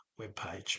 webpage